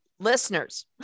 listeners